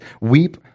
Weep